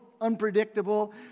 unpredictable